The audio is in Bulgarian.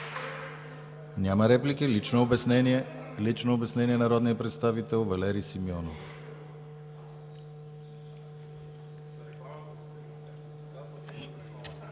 Няма реплики. Лично обяснение – народният представител Валери Симеонов.